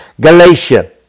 Galatia